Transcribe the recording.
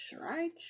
right